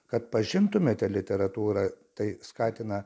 kad pažintumėte literatūrą tai skatina